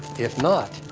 if not,